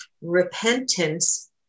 repentance